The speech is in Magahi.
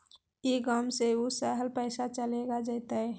ई गांव से ऊ शहर पैसा चलेगा जयते?